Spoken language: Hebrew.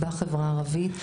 בחברה הערבית,